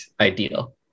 ideal